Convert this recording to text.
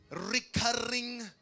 recurring